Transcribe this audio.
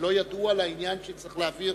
ולא ידעו על כך שצריך להעביר